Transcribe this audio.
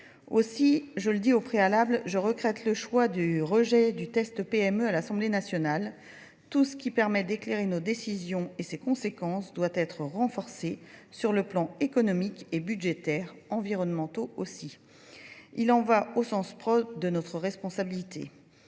Aussi, je le dis au préalable, je recrète le choix du rejet du test PME à l'Assemblée nationale. Tout ce qui permet d'éclairer nos décisions et ses conséquences doit être renforcé sur le plan économique et budgétaire environnemental aussi. Il en va au sens pro de notre responsabilité.